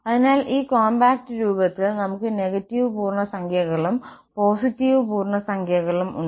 അതിനാൽ ഈ കോംപാക്റ്റ് രൂപത്തിൽ നമുക്ക് നെഗറ്റീവ് പൂർണ്ണസംഖ്യകളും പോസിറ്റീവ് പൂർണ്ണസംഖ്യകളും ഉണ്ട്